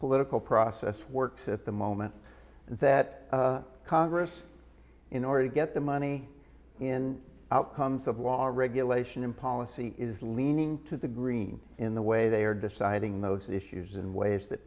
political process works at the moment that congress in order to get the money in outcomes of law or regulation and policy is leaning to the green in the way they are deciding those issues in ways that